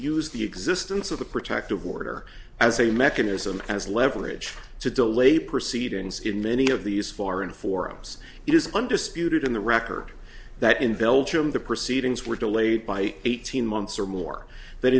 use the existence of a protective order as a mechanism as leverage to delay proceedings in many of these foreign forums it is undisputed in the record that in viljoen the proceedings were delayed by eighteen months or more